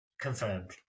Confirmed